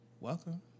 Welcome